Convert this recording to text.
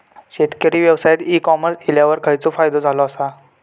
शेती व्यवसायात ई कॉमर्स इल्यावर खयचो फायदो झालो आसा?